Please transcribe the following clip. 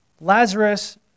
Lazarus